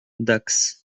dax